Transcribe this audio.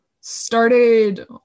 started